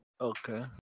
Okay